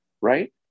right